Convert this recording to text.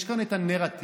יש כאן את הנרטיב,